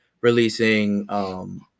releasing